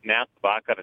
mes vakar